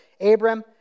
Abram